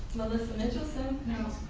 melissa mitchelson.